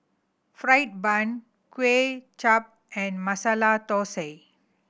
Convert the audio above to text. fried bun Kway Chap and Masala Thosai